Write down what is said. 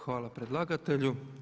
Hvala predlagatelju.